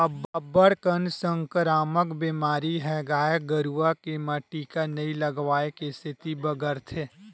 अब्बड़ कन संकरामक बेमारी ह गाय गरुवा के म टीका नइ लगवाए के सेती बगरथे